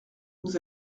vous